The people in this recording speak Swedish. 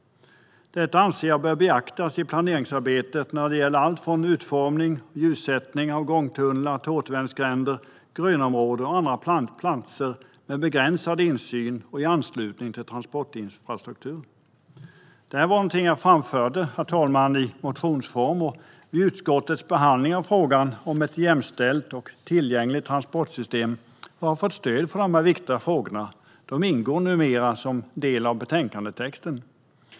Detta anser jag bör beaktas i planeringsarbetet när det gäller allt från utformning och ljussättning av gångtunnlar till återvändsgränder, grönområden och andra platser med begränsad insyn och i anslutning till transportinfrastruktur. Detta var något som jag framförde, herr talman, i motionsform och i utskottets behandling av frågan om ett jämställt och tillgängligt transportsystem, och jag har fått stöd för dessa viktiga frågor. De ingår numera som en del av betänkandetexten.